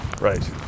Right